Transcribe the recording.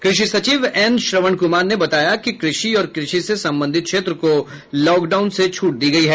कृषि सचिव एन श्रवण कुमार ने बताया कि कृषि और कृषि से संबंधित क्षेत्र को लॉकडाउन से छूट दी गयी है